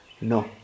No